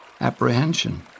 apprehension